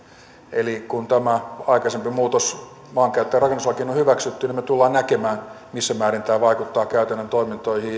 eli kun tämä aikaisempi muutos maankäyttö ja rakennuslakiin on hyväksytty me tulemme näkemään missä määrin tämä vaikuttaa käytännön toimintoihin